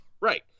right